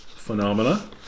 Phenomena